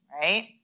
Right